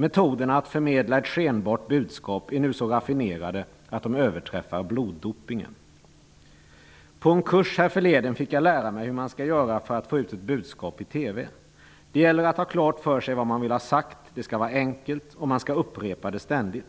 Metoderna att förmedla ett skenbart budskap är nu så raffinerade att de överträffar bloddopningen. På en kurs härförleden fick jag lära mig hur man skall göra för att få ut ett budskap i TV. Det gäller att ha klart för sig vad man vill ha sagt. Det skall vara enkelt, och man skall ständigt upprepa det.